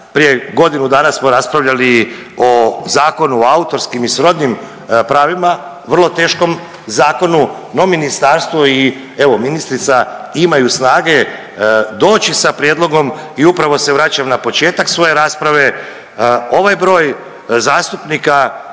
Prije godinu dana smo raspravljali o Zakonu o autorskim i srodnim pravima, vrlo teškom zakonu, no ministarstvo i evo ministrica imaju snage doći sa prijedlogom i upravo se vraćam na početak svoje rasprave, ovaj broj zastupnika